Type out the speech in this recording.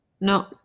No